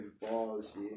balls